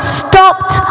stopped